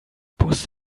bus